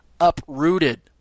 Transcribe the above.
uprooted